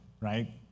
Right